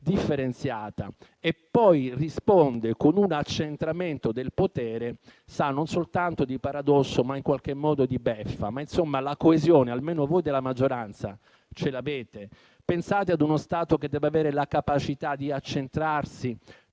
differenziata e poi risponde con un accentramento del potere, sa non soltanto di paradosso, ma in qualche modo di beffa. Ma insomma, la coesione, almeno voi della maggioranza, ce l'avete? Pensate ad uno Stato che deve avere la capacità di accentrare